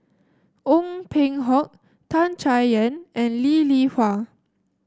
Ong Peng Hock Tan Chay Yan and Lee Li Hui